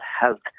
health